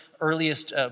earliest